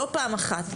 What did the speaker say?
לא פעם אחת,